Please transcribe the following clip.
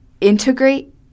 integrate